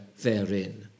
therein